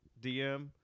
DM